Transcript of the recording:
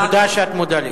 תודה שאת מודה לי.